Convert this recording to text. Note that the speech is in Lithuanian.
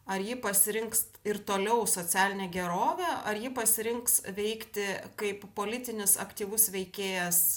ar ji pasirinks ir toliau socialinę gerovę ar ji pasirinks veikti kaip politinis aktyvus veikėjas